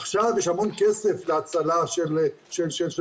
עכשיו יש המון כסף להצלה משריפות,